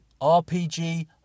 RPG